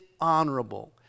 honorable